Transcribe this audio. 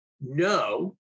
no